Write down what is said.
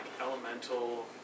Elemental